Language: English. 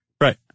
Right